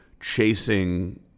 chasing